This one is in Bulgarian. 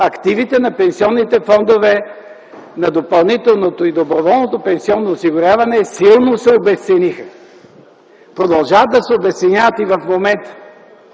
активите на пенсионните фондове на допълнителното и доброволното пенсионно осигуряване силно се обезцениха. Продължават да се обезценяват и в момента,